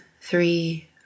three